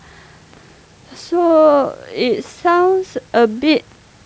so it sounds a bit